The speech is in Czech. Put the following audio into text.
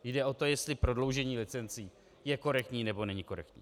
Jde o to, jestli prodloužení licencí je korektní, nebo není korektní.